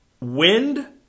Wind